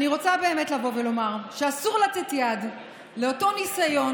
אני רוצה באמת לבוא ולומר שאסור לתת יד לאותו ניסיון,